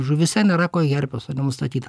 žuvyse nėra koherpeso nenustatyta